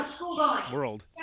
world